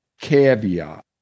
caveat